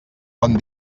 bon